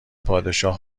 پادشاه